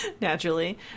Naturally